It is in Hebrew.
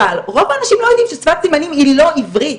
אבל רוב האנשים לא יודעים ששפת סימנים היא לא עברית.